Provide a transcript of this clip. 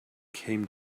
came